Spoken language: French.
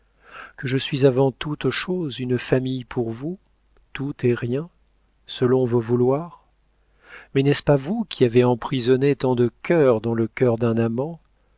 que je suis avant toute chose une famille pour vous tout et rien selon vos vouloirs mais n'est-ce pas vous qui avez emprisonné tant de cœurs dans le cœur d'un amant